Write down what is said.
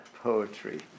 poetry